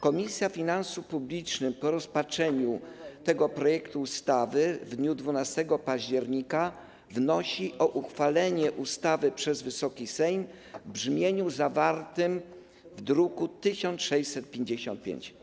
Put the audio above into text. Komisja Finansów Publicznych po rozpatrzeniu tego projektu ustawy w dniu 12 października wnosi o uchwalenie ustawy przez Wysoki Sejm w brzmieniu z druku nr 1655.